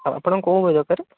ଆଉ ଆପଣଙ୍କର କୋଉ ବହି ଦରକାରେ